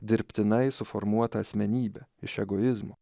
dirbtinai suformuotą asmenybę iš egoizmo